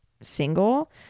single